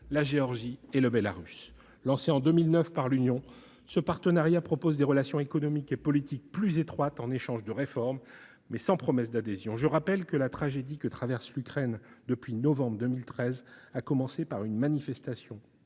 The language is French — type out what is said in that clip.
la Géorgie et le Belarus. Lancé en 2009 par l'Union, ce partenariat propose des relations économiques et politiques plus étroites en échange de réformes, mais sans promesse d'adhésion. Je rappelle que la tragédie que traverse l'Ukraine depuis novembre 2013 a commencé par une manifestation